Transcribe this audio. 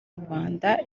rubanda